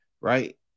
right